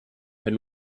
and